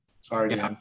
Sorry